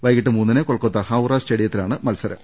വൈകിട്ട് മൂന്നിന് കൊൽക്കത്ത ഹൌറ സ്റ്റേഡിയ ത്തിലാണ് മത്സരം